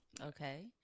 Okay